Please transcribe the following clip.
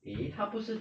eh 他不是